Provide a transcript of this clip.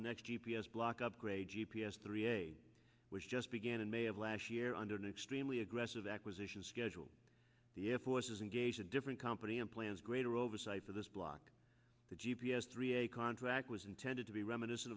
the next g p s block upgrade g p s three a which just began in may of last year under an extremely aggressive acquisition schedule the air force is engaged a different company and plans greater oversight for this block the g p s three a contract was intended to be reminiscent